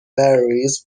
varies